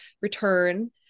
return